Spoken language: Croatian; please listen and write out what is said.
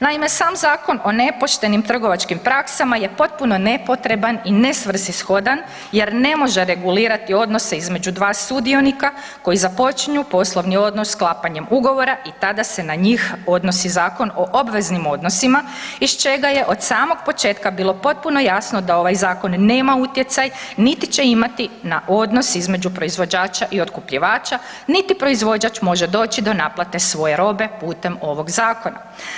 Naime, sam zakon o nepoštenim trgovačkim praksama je potpuno nepotreban i nesvrsishodan jer ne može regulirati odnose između dva sudionika koji započinju poslovni odnos sklapanjem ugovora i tada se na njih odnosi Zakon o obveznim odnosima iz čega je od samog početka bilo potpuno jasno da ovaj zakon nema utjecaj niti će imati na odnos između proizvođača i otkupljivača niti proizvođač može doći do naplate svoje robe putem ovog zakona.